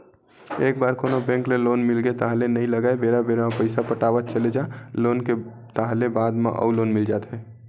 एक बार कोनो बेंक ले लोन मिलगे ताहले नइ लगय बेरा बेरा म पइसा पटावत चले जा लोन के ताहले बाद म अउ लोन मिल जाथे